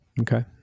Okay